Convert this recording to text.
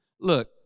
Look